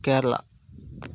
Kerala